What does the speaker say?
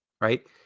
right